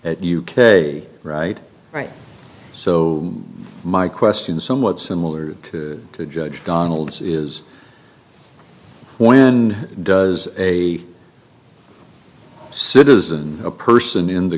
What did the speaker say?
at u k right right so my question somewhat similar to judge donald's is when does a citizen a person